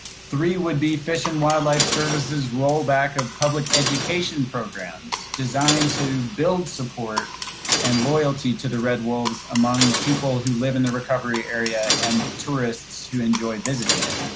three would be fish and wildlife services rollback of public education programs designed to build support and loyalty to the red wolves among people who live in the recovery area and tourists who enjoyed visiting it.